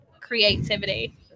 creativity